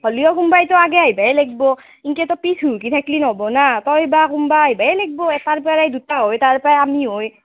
হ'লেও কোনোবাতো আগে আহিবই লাগিব এনেকেতো পিছ হুহুঁকি থাকিলেতো নহ'ব না তই বা কোনোবা আহিবই লাগিব এটাৰ পৰা দুটা হয় তাৰ পৰা আমি হয়